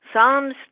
Psalms